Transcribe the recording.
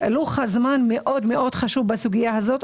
לוח הזמנים מאוד חשוב בסוגיה הזו.